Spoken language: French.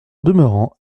demeurant